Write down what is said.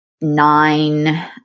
nine